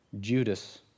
Judas